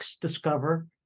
Discover